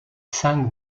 cinq